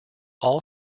all